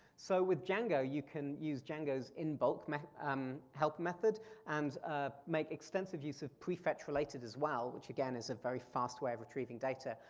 so with django, you can use django's inbulk um help method and ah make extensive use of prefetch related as well which, again, is a very fast way of retrieving data.